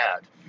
bad